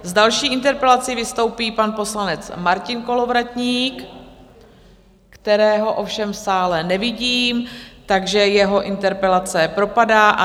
S další interpelací vystoupí pan poslanec Martin Kolovratník, kterého ovšem v sále nevidím, takže jeho interpelace propadá.